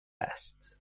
است